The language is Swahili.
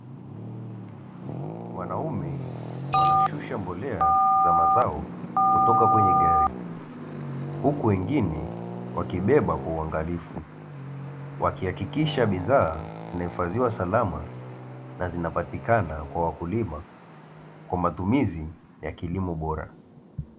Wanaume wanashusha mbolea za mazao kutoka kwenye gari, huku wengine wakibeba kwa uangalifu, wakihakikisha bidhaa zinahifadhiwa salama na zinapatikana kwa wakulima kwa matumizi ya kilimo bora.